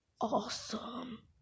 Awesome